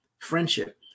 friendship